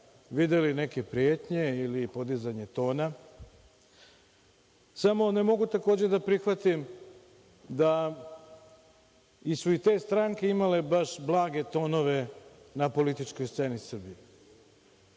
videli pretnje ili podizanje tona. Samo ne mogu takođe da prihvatim da su i te stranke imali baš blage tonove na političkoj sceni Srbije. Govorim